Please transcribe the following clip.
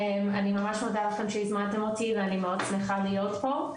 אני ממש מודה לכם שהזמנתם אותי ואני מאוד שמח ה להיות פה.